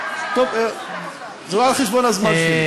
טוב, זה לא על חשבון הזמן שלי.